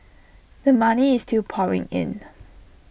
the money is still pouring in